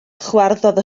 chwarddodd